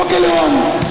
חוק הלאום,